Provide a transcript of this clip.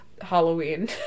Halloween